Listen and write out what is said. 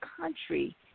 country